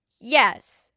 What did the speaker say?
yes